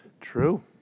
True